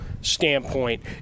standpoint